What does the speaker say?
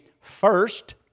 first